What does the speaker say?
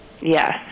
Yes